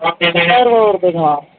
எட்டாயர்ரூபா வருதுங்களா